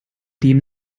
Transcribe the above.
dem